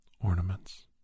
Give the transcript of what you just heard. ornaments